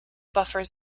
buffer